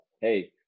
Hey